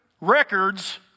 records